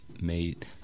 made